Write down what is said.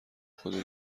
خدا